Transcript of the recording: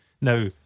Now